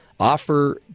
Offer